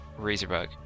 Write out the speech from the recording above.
Razorbug